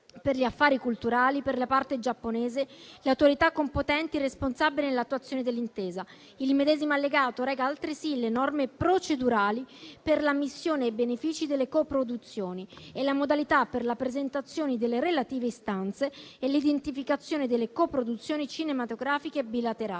per gli affari culturali per la parte giapponese le autorità competenti responsabili dell'attuazione dell'intesa. Il medesimo Allegato reca altresì le norme procedurali per l'ammissione ai benefici delle coproduzioni, la modalità per la presentazione delle relative istanze e l'identificazione delle coproduzioni cinematografiche bilaterali.